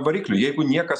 variklių jeigu niekas